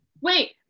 Wait